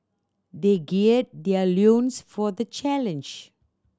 they gird their loins for the challenge